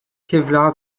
kevlar